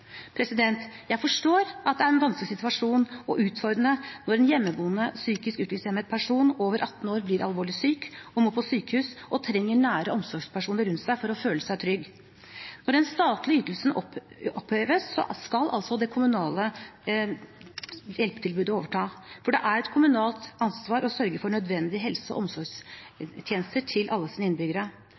Jeg forstår at det er en vanskelig situasjon og utfordrende når en hjemmeboende psykisk utviklingshemmet person over 18 år blir alvorlig syk, må på sykehus og trenger nære omsorgspersoner rundt seg for å føle seg trygg. Når den statlige ytelsen oppheves, skal det kommunale hjelpetilbudet overta, for det er et kommunalt ansvar å sørge for nødvendige helse- og omsorgstjenester til alle